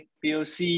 poc